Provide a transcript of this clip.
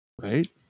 Right